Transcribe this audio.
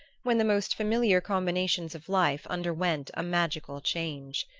when the most familiar combinations of life underwent a magical change.